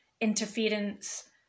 interference